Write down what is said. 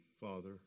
Father